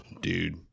dude